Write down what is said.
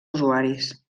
usuaris